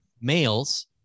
males